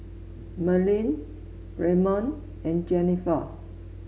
Merlyn Raymon and Jenifer